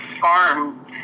farm